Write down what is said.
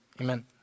Amen